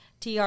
TR